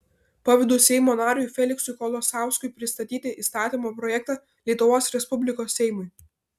pavedu seimo nariui feliksui kolosauskui pristatyti įstatymo projektą lietuvos respublikos seimui